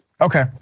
Okay